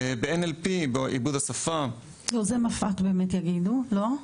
ב-NLP, בעיבוד השפה --- זה מפא"ת יגידו, לא?